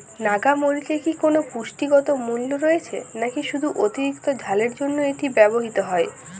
নাগা মরিচে কি কোনো পুষ্টিগত মূল্য রয়েছে নাকি শুধু অতিরিক্ত ঝালের জন্য এটি ব্যবহৃত হয়?